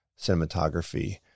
cinematography